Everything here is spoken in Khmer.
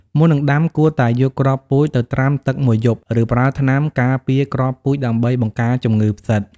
មុននឹងដាំ គួរតែយកគ្រាប់ពូជទៅត្រាំទឹកមួយយប់ ឬប្រើថ្នាំការពារគ្រាប់ពូជដើម្បីបង្ការជំងឺផ្សិត។